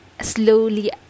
slowly